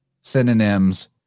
synonyms